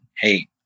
hey